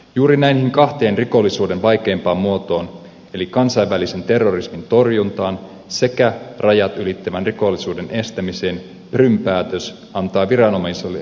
juuri näihin kahteen rikollisuuden vaikeimpaan muotoon eli kansainvälisen terrorismin torjuntaan sekä rajat ylittävän rikollisuuden estämiseen prum päätös antaa viranomaisille uutta vääntövoimaa